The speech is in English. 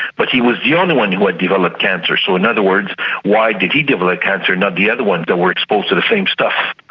but he was the only one who had developed cancer, so in other words why did he develop cancer and not the other ones that were exposed to the same stuff.